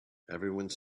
everyone